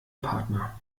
partner